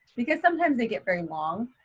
because sometimes they get very long,